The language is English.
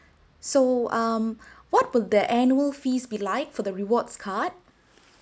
so um what would the annual fees be like for the rewards card